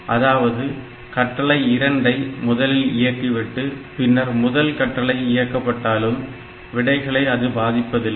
அதாவது கட்டளை இரண்டை முதலில் இயக்கிவிட்டு பின்னர் முதல் கட்டளை இயக்கப்பட்டாலும் விடைகளை அது பாதிப்பதில்லை